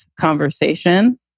conversation